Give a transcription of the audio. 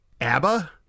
ABBA